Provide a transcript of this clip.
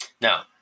Now